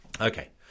okay